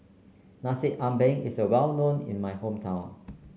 Nasi Ambeng is well known in my hometown